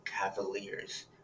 Cavaliers